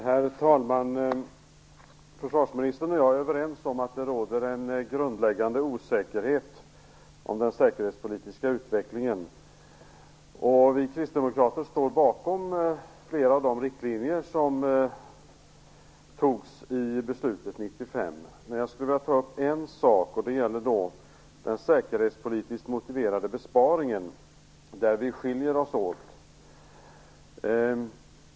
Herr talman! Försvarsministern och jag är överens om att det råder en grundläggande osäkerhet om den säkerhetspolitiska utvecklingen. Vi kristdemokrater står bakom flera av de riktlinjer som ingick i beslutet Men jag skulle vilja ta upp en sak. Det gäller den säkerhetspolitiskt motiverade besparingen, där vi skiljer oss åt.